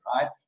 right